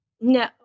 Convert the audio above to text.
No